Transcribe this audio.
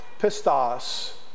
pistos